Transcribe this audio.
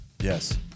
Yes